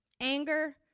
Anger